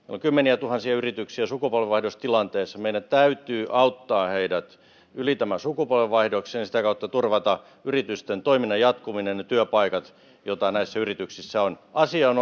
kymmeniätuhansia yrityksiä sukupolvenvaihdostilanteessa meidän täytyy auttaa heidät yli tämän sukupolvenvaihdoksen ja sitä kautta turvata yritysten toiminnan jatkuminen ja työpaikat joita näissä yrityksissä on asia on